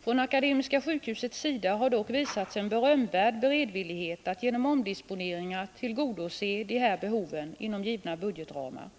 Från Akademiska sjukhusets sida har dock visats en berömvärd beredvillighet att genom omdisponeringar tillgodose de här behoven inom givna budgetramar,